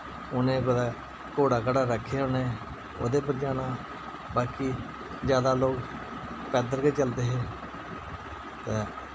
उ'नैं कुतै घोड़ा घाड़ा रक्खे होने ओह्दे उप्पर जाना बाकि जैदा लोक पैदल गै चलदे हे तै